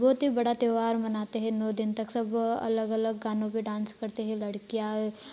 बहुत ही बड़ा त्योहार मनाते हैं नौ दिन तक सब अलग अलग गानों पर डांस करते हैं लडकियाँ